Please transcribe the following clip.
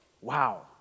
Wow